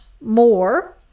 more